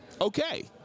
okay